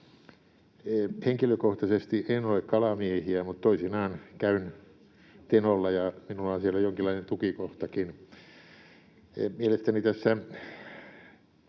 Henkilökohtaisesti en ole kalamiehiä, mutta toisinaan käyn Tenolla, ja minulla on siellä jonkinlainen tukikohtakin. Mielestäni tässä